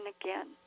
again